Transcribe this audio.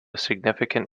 significant